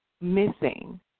missing